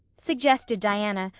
suggested diana,